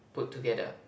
put together